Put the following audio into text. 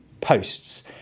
posts